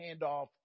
handoff